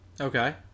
Okay